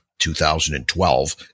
2012